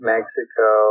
Mexico